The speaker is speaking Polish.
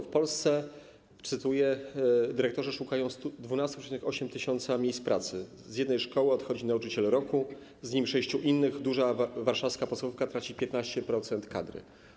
W Polsce - cytuję - dyrektorzy szukają pedagogów na 12,8 tys. miejsc pracy, z jednej szkoły odchodzi nauczyciel roku, z nim sześciu innych, duża warszawska podstawówka traci 15% kadry.